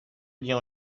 dire